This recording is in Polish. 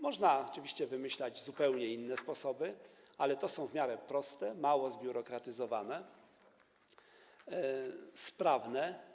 Można oczywiście wymyślać zupełnie inne sposoby, ale te są w miarę proste, mało zbiurokratyzowane, sprawne.